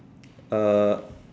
uh